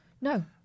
No